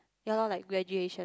ya loh like graduation